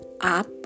up